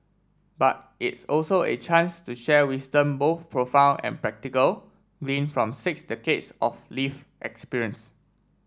but it's also a chance to share wisdom both profound and practical gleaned from six decades of live experience